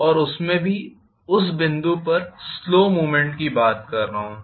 और उसमें भी उस बिंदु पर स्लो मूवमेंट की बात कर रहा हूं